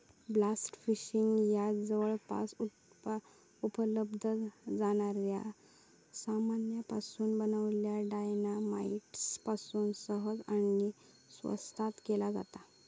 blast fishing ह्या जवळपास उपलब्ध जाणाऱ्या सामानापासून बनलल्या डायना माईट पासून सहज आणि स्वस्तात केली जाता